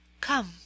Come